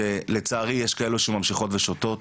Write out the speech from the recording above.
שלצערי יש כאלו שממשיכות ושותות.